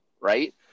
right